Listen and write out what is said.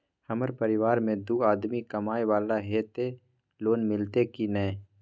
हमरा परिवार में दू आदमी कमाए वाला हे ते लोन मिलते की ने?